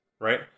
Right